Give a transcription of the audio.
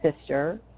sister